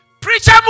preacher